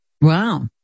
Wow